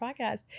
podcast